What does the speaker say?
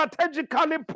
strategically